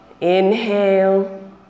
inhale